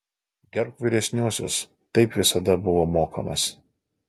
gerbk vyresniuosius taip visada buvo mokomas